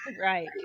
right